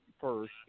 first